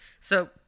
So-